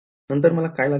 नंतर मला काय लागेल